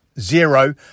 zero